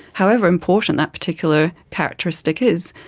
however important that particular characteristic is.